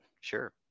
Sure